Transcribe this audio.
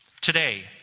Today